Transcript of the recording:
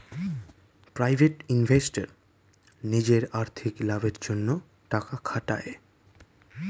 private investor নিজের আর্থিক লাভের জন্যে টাকা খাটায়